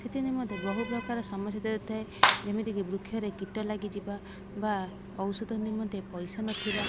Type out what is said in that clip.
ସେଥି ନିମନ୍ତେ ବହୁ ପ୍ରକାର ସମସ୍ୟା ଭିତରେ ଥାଏ ଯେମିତି କି ବୃକ୍ଷରେ କୀଟ ଲାଗିଯିବା ବା ଔଷଧ ନିମନ୍ତେ ପଇସା ନଥିବା